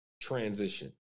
transition